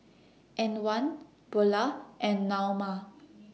Antwan Beulah and Naoma